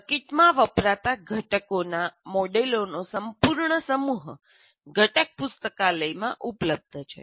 સર્કિટમાં વપરાતા ઘટકોના મોડેલોનો સંપૂર્ણ સમૂહ ઘટક પુસ્તકાલયમાં ઉપલબ્ધ છે